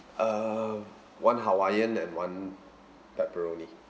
uh one hawaiian and one pepperoni